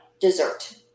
dessert